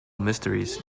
mysteries